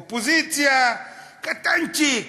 אופוזיציה, קטנצ'יק.